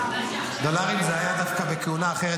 דולרים זה היה דווקא בכהונה אחרת,